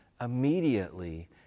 Immediately